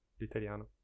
l'italiano